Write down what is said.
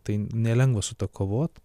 tai nelengva su tuo kovot